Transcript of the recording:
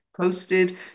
Posted